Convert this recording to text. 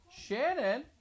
Shannon